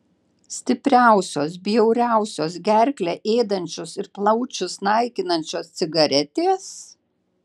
stipriausios bjauriausios gerklę ėdančios ir plaučius naikinančios cigaretės